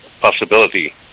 possibility